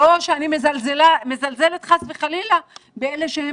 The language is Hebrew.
לא שאני מזלזלת חס וחלילה באלה שהם